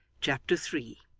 chapter three